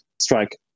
strike